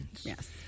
Yes